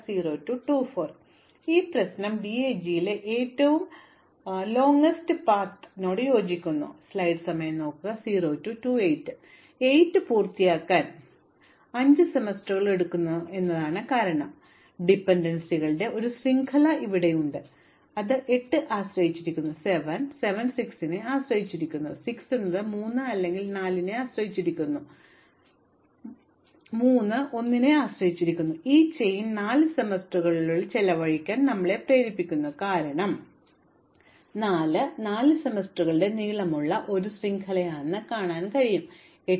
ഇപ്പോൾ ഈ പ്രശ്നം DAG ലെ ഏറ്റവും ദൈർഘ്യമേറിയ പാത ചോദിക്കുന്നതിനോട് യോജിക്കുന്നു ഞങ്ങൾ പറയുന്നത് 8 പൂർത്തിയാക്കാൻ 5 സെമസ്റ്ററുകൾ എടുക്കുന്നു എന്നതാണ് കാരണം ഡിപൻഡൻസികളുടെ ഒരു ശൃംഖലയുണ്ട് അവിടെ 8 ആശ്രയിച്ചിരിക്കുന്നു 7 7 6 നെ ആശ്രയിച്ചിരിക്കുന്നു 6 എന്നത് 3 അല്ലെങ്കിൽ 4 എന്നതിനെ ആശ്രയിച്ചിരിക്കുന്നു ഇത് ഞങ്ങൾ തിരഞ്ഞെടുക്കുന്നതിൽ കാര്യമില്ല 3 എന്നത് 1 നെ ആശ്രയിച്ചിരിക്കുന്നു കൂടാതെ ഈ ചെയിൻ 4 സെമസ്റ്ററുകൾ ചെലവഴിക്കാൻ ഞങ്ങളെ പ്രേരിപ്പിക്കുന്നു കാരണം ഇത് 4 4 സെമസ്റ്ററുകളുടെ നീളമുള്ള ഒരു ശൃംഖലയാണ് ചെയ്യാൻ കഴിയും 8